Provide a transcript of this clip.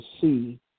see